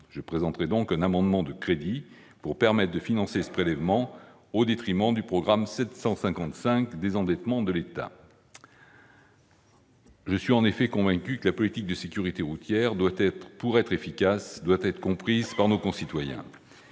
Je présenterai donc un amendement de crédits pour permettre de financer ce prélèvement, au détriment du programme 755 « Désendettement de l'État ». Je suis en effet convaincu que la politique de sécurité routière, pour être efficace, doit être comprise par nos concitoyens.